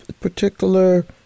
particular